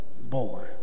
born